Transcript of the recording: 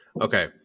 Okay